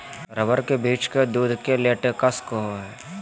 rubber के वृक्ष के दूध के लेटेक्स कहो हइ